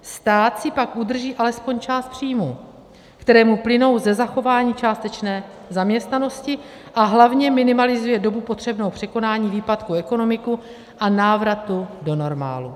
Stát si pak udrží alespoň část příjmů, které mu plynou ze zachování částečné zaměstnanosti, a hlavně minimalizuje dobu potřebnou k překonání výpadku ekonomiky a návratu do normálu.